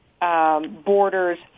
borders